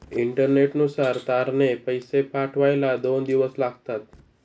इंटरनेटनुसार तारने पैसे पाठवायला दोन दिवस लागतात